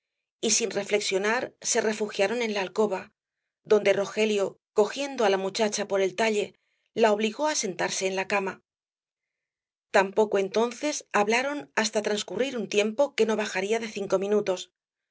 y sin reflexionar se refugiaron en la alcoda donde rogelio cogiendo á la muchacha por el talle la obligó á sentarse en la cama tampoco entonces hablaron hasta transcurrir un tiempo que no bajaría de cinco minutos